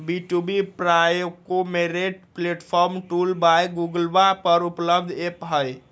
B two B procurement platform tool by गूगलवा पर उपलब्ध ऐप हई